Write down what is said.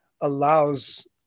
allows